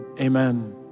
amen